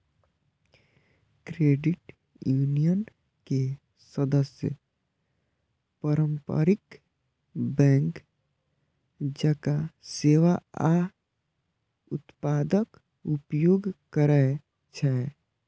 credit union के सदस्य पारंपरिक बैंक जकां सेवा आ उत्पादक उपयोग करै छै